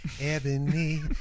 Ebony